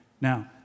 Now